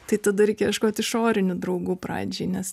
tai tada reikia ieškoti išorinių draugų pradžiai nes